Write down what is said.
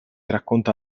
racconta